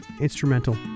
instrumental